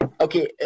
okay